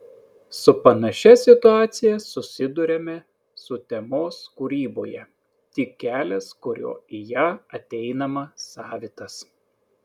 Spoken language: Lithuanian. su panašia situacija susiduriame sutemos kūryboje tik kelias kuriuo į ją ateinama savitas